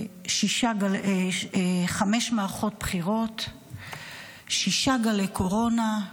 חמש מערכות בחירות, שישה גלי קורונה,